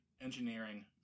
engineering